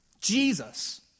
Jesus